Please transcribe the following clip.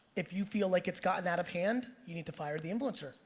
if you feel like it's gotten out of hand, you need to fire the influencer.